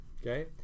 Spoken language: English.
okay